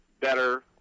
better